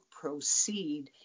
proceed